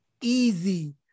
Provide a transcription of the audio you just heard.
Easy